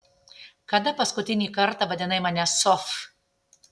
kada paskutinį kartą vadinai mane sof